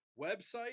website